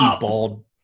bald